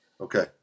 Okay